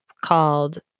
called